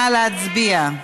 נא להצביע.